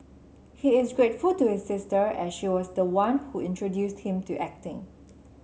he is grateful to his sister as she was the one who introduced him to acting